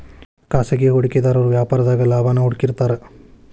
ಖಾಸಗಿ ಹೂಡಿಕೆದಾರು ವ್ಯಾಪಾರದಾಗ ಲಾಭಾನ ಹುಡುಕ್ತಿರ್ತಾರ